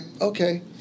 okay